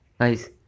guys